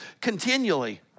continually